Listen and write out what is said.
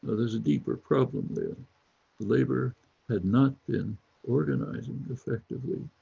ah there's a deeper problem there labour had not been organising effectively.